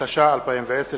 התש"ע 2010,